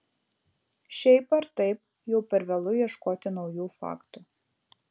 šiaip ar taip jau per vėlu ieškoti naujų faktų